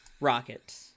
Rocket